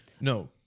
No